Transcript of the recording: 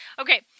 Okay